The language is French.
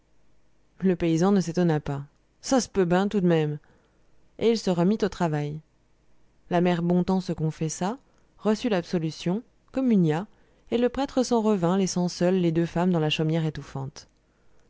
le paysan ne s'étonna pas ça s'peut ben tout d'même et il se remit au travail la mère bontemps se confessa reçut l'absolution communia et le prêtre s'en revint laissant seules les deux femmes dans la chaumière étouffante